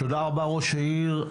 תודה רבה, ראש העיר.